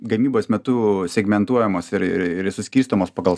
gamybos metu segmentuojamos ir ir ir suskirstomos pagal